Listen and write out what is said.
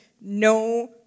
no